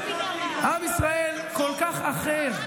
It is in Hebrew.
עם ישראל כל כך אחר.